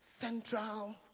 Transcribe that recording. central